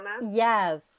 Yes